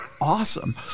awesome